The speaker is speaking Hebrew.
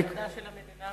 ומעמדה של המדינה.